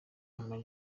ama